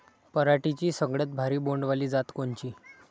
पराटीची सगळ्यात भारी बोंड वाली जात कोनची?